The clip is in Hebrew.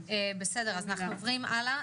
בסדר, אז אנחנו עוברים הלאה.